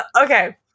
Okay